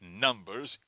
numbers